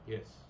Yes